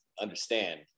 understand